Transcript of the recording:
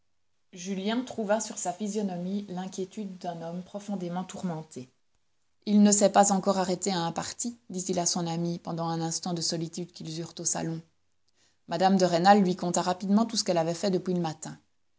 julien trouva sur sa physionomie l'inquiétude d'un homme profondément tourmenté il ne s'est pas encore arrêté à un parti dit-il à son amie pendant un instant de solitude qu'ils eurent au salon mme de rênal lui conta rapidement tout ce qu'elle avait fait depuis le matin